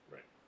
Right